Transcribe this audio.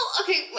okay